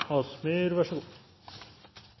så vær så god.